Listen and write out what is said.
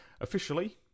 officially